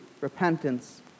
repentance